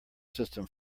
system